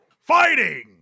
Fighting